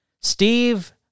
Steve